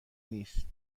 نیست